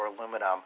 aluminum